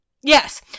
Yes